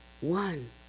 one